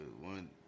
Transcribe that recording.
one